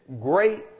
great